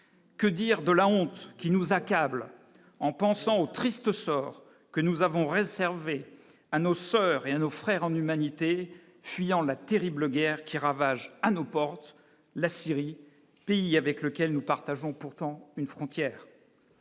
que dire de la honte qui nous accable en pensant au triste sort que nous avons réservé à nos soeurs et nos frères en humanité, fuyant la terrible guerre qui ravage à nos portes, la Syrie, pays avec lequel nous partageons pourtant une frontière,